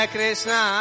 Krishna